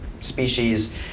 species